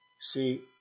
see